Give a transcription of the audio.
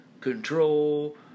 control